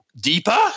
deeper